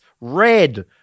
red